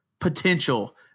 potential